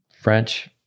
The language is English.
French